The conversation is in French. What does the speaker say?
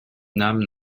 nam